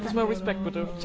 more respect, but